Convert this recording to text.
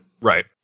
Right